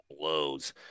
blows